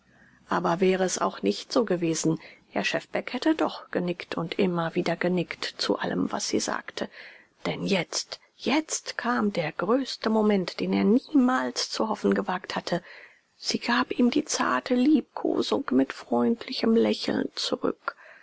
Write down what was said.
aber wäre es auch nicht so gewesen herr schefbeck hätte doch genickt und immer wieder genickt zu allem was sie sagte denn jetzt jetzt kam der größte moment den er niemals zu hoffen gewagt hatte sie gab ihm die zarte liebkosung mit freundlichem lächeln zurück